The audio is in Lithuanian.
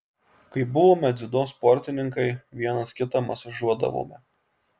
kai buvome dziudo sportininkai vienas kitą masažuodavome